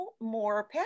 more